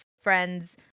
friend's